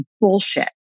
bullshit